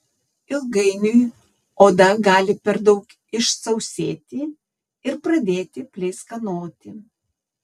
ilgainiui oda gali per daug išsausėti ir pradėti pleiskanoti